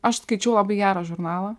aš skaičiau labai gerą žurnalą